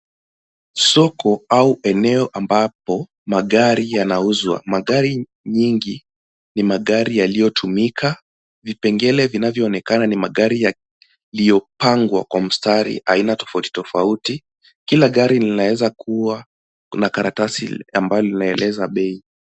Soko au eneo ambapo magari yanauzwa. Magari mengi ni magari yaliotumika vipengele vinavyoonekana ni magari yaliopangwa kwa mstari aina tofauti tofauti. Kila gari linaeza kuwa na karatasi ambayo inayoeleza bei.